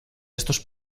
estos